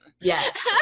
Yes